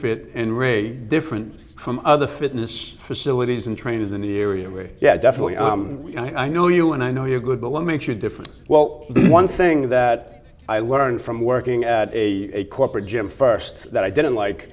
fit and re different from other fitness facilities and trainers in the area really yeah definitely i know you and i know you're good but what makes you different well one thing that i learned from working at a corporate gym first that i didn't like